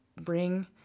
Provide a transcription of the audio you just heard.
bring